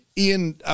ian